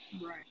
Right